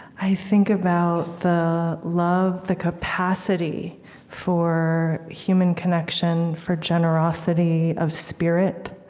i think about the love, the capacity for human connection, for generosity of spirit,